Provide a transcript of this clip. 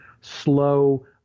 slow